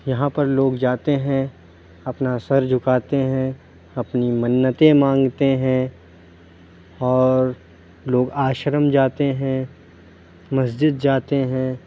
یہاں پر لوگ جاتے ہیں اپنا سر جُھکاتے ہیں اپنی منتیں مانگتے ہیں اور لوگ آشرم جاتے ہیں مسجد جاتے ہیں